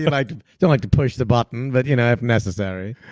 and i don't like to push the button but you know if necessary.